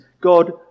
God